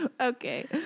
okay